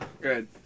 Good